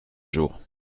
jour